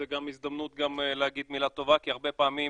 זו הזדמנות להגיד מילה טובה, כי הרבה פעמים